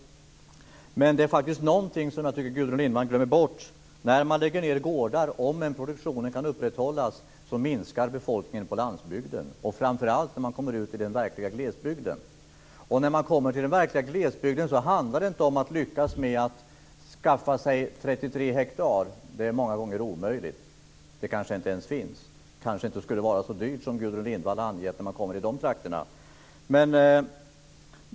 Men det finns någonting som jag tycker att Gudrun Lindvall glömmer bort: När man lägger ned gårdar så minskar befolkningen på landsbygden även om produktionen kan upprätthållas. Det gäller framför allt om man kommer ut i den verkliga glesbygden. När man kommer dit så handlar det inte om att lyckas med att skaffa sig 33 hektar - det är många gånger omöjligt. Det kanske inte ens finns, och det kanske inte skulle vara så dyrt som Gudrun Lindvall anger när man kommer till de här trakterna.